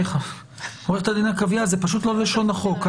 זה פשוט לא לשון החוק.